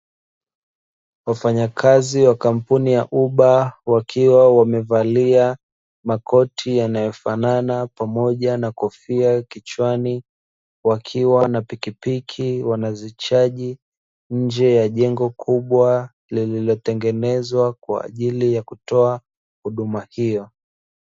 Wafanyakazi wa kampuni ya 'huba', wakiwa wamevalia makoti yanayofanana pamoja na kofia kichwani wakiwa na pikipiki, wanazichaji nje ya jengo kubwa lililotengenezwa kwa ajili ya kutoa huduma hiyo.